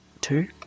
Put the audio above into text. Two